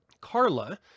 Carla